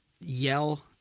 yell